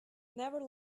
never